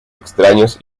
extraños